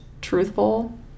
truthful